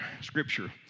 scripture